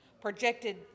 projected